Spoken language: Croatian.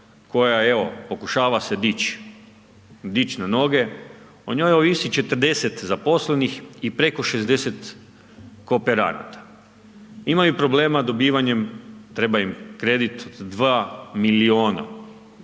koja evo, pokušava se dić, dić na noge, o njoj ovisi 40 zaposlenih i preko 60 kooperanata, imaju problema dobivanje, treba im kredit 2 milijuna,